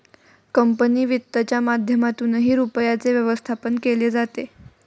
company वित्तच्या माध्यमातूनही रुपयाचे व्यवस्थापन केले जाते